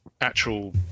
actual